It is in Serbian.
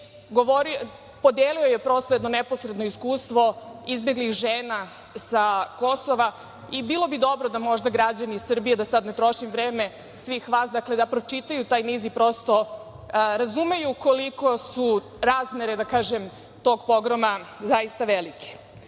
Podelio je prosto jedno neposredno iskustvo izbeglih žena sa Kosova i bilo bi dobro da možda građani Srbije, da sad ne trošim vreme svih vas, da pročitaju taj niz i prosto razumeju koliko su razmere, da kažem, tog pogroma zaista